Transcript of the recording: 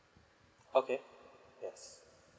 okay yes